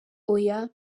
oya